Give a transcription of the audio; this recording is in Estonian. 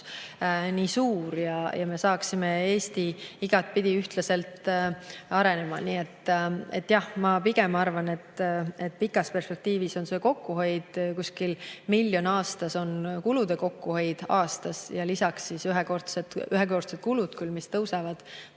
nii suur ja me saaksime Eesti igatepidi ühtlaselt arenema. Nii et jah, ma pigem arvan, et pikas perspektiivis on see kokkuhoid, kuskil miljon aastas on kulude kokkuhoid aastas. Ühekordsed kulud küll tõusevad,